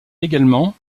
également